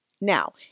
Now